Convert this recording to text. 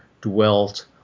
dwelt